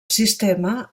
sistema